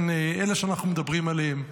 כן, אלה שאנחנו מדברים עליהם.